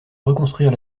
reconstruire